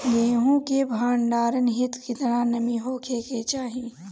गेहूं के भंडारन हेतू कितना नमी होखे के चाहि?